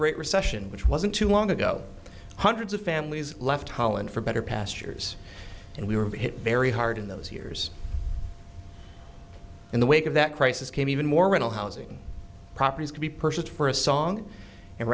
great recession which wasn't too long ago hundreds of families left holland for better pastures and we were hit very hard in those years in the wake of that crisis came even more rental housing properties could be purchased for a song and